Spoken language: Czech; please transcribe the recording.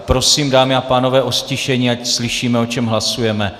Prosím, dámy a pánové, o ztišení, ať slyšíme, o čem hlasujeme.